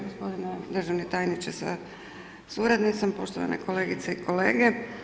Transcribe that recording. Gospodine državni tajniče sa suradnicom, poštovane kolegice i kolege.